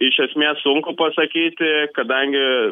iš esmės sunku pasakyti kadangi